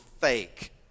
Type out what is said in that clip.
fake